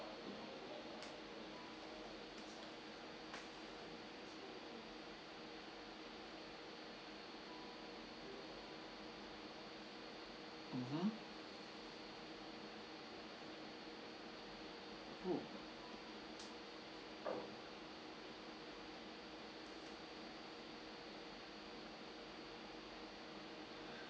mmhmm oh